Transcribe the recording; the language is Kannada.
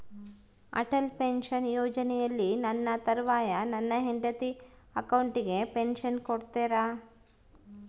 ಅಟಲ್ ಪೆನ್ಶನ್ ಯೋಜನೆಯಲ್ಲಿ ನನ್ನ ತರುವಾಯ ನನ್ನ ಹೆಂಡತಿ ಅಕೌಂಟಿಗೆ ಪೆನ್ಶನ್ ಕೊಡ್ತೇರಾ?